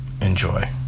Enjoy